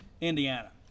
indiana